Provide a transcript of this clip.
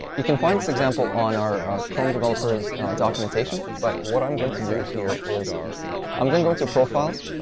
you can find this example on our chrome developers documentation, but what i'm going to do here is i'm going to go into profiles,